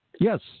Yes